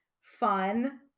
Fun